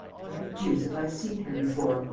where the deuce have i seen her before?